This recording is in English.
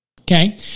Okay